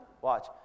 Watch